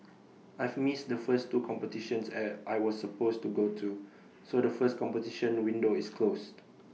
I've missed the first two competitions I I was supposed to go to so the first competition window is closed